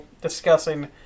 discussing